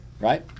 right